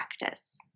Practice